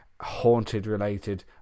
Haunted-related